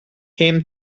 him